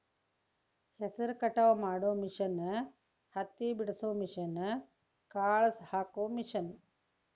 ಹೆಸರ ಕಟಾವ ಮಾಡು ಮಿಷನ್ ಹತ್ತಿ ಬಿಡಸು ಮಿಷನ್, ಕಾಳ ಹಾಕು ಮಿಷನ್